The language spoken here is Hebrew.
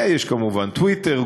ויש כמובן טוויטר,